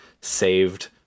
saved